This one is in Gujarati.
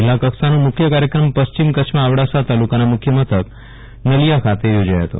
જીલ્લા કક્ષાનો મુખ્ય કાર્યક્રમ પશ્ચિમ કચ્છમાં અબડાસા તાલુકાના મુખ્ય મથક નલીયા ખાતે યોજાયો ફતો